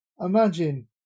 Imagine